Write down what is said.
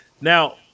now